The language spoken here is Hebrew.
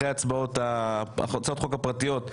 אחרי הצבעות הצעות החוק הפרטיות,